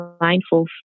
mindful